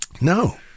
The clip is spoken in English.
No